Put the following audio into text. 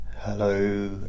hello